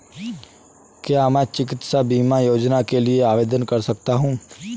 क्या मैं चिकित्सा बीमा योजना के लिए आवेदन कर सकता हूँ?